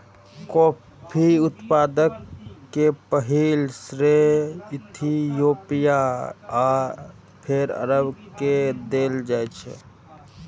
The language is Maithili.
कॉफी उत्पादन के पहिल श्रेय इथियोपिया आ फेर अरब के देल जाइ छै